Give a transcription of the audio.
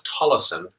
Tolleson